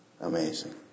Amazing